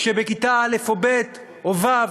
שבכיתה א' או ב' או ו',